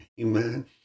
Amen